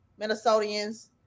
Minnesotians